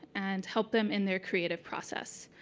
and help them in their creative process.